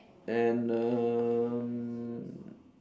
and um